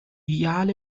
ideale